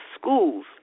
schools